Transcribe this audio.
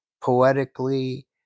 poetically